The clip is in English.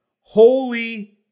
holy